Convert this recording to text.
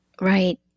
Right